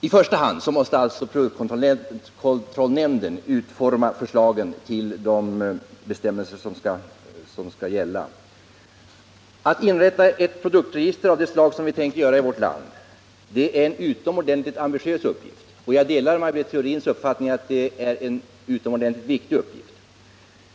I första hand måste alltså produktkontrollnämnden utforma förslagen till de bestämmelser som skall gälla. Att inrätta ett produktregister av det slag som vi tänkt oss i vårt land är en utomordentligt ambitiös uppgift, och jag delar Maj Britt Theorins uppfattning att det är en utomordentligt viktig satsning.